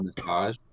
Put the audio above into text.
massage